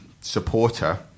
supporter